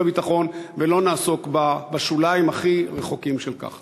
הביטחון ולא נעסוק בשוליים הכי רחוקים של כך.